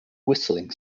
whistling